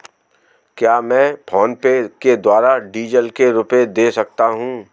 क्या मैं फोनपे के द्वारा डीज़ल के रुपए दे सकता हूं?